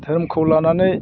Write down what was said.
धोरोमखौ लानानै